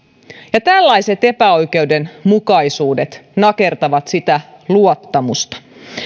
ja tällaiset epäoikeudenmukaisuudet nakertavat sitä luottamusta